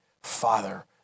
Father